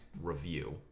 review